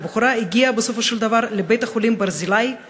והבחורה הגיעה בסופו של דבר לבית-החולים ברזילי עם